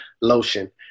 lotion